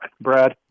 brad